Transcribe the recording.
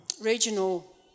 regional